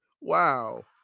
wow